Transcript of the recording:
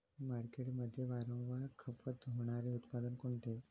मार्केटमध्ये वारंवार खपत होणारे उत्पादन कोणते?